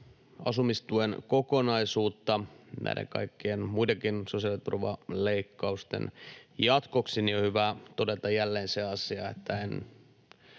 asumistuen kokonaisuutta näiden kaikkien muidenkin sosiaaliturvaleikkausten jatkoksi, niin on hyvä todeta jälleen se asia, että en